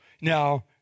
Now